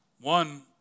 One